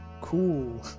Cool